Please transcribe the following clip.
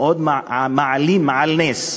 מאוד מעלים על נס,